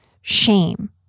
shame